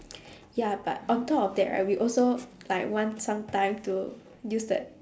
ya but on top of that right we also like want some time to use the